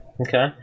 Okay